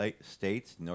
states